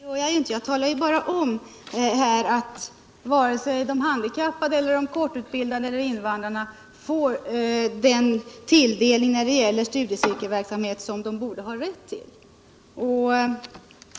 Herr talman! Det gör jag inte — jag talar bara om att varken de handikappade, de kortutbildade eller invandrarna får den tilldelning av studieverksamheten som de borde ha rätt till.